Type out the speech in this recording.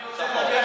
אני רוצה לדבר,